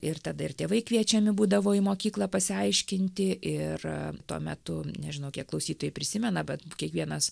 ir tada ir tėvai kviečiami būdavo į mokyklą pasiaiškinti ir tuo metu nežinau kiek klausytojų prisimena bet kiekvienas